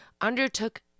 undertook